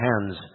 hands